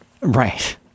Right